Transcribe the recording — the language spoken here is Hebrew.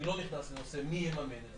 אני לא נכנס לנושא מי יממן את זה,